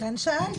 לכן שאלתי,